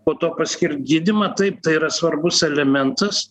po to paskirt gydymą taip tai yra svarbus elementas